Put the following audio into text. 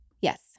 Yes